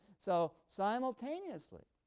so simultaneously,